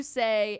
say